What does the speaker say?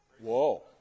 Whoa